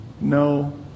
No